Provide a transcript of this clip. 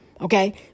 okay